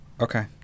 okay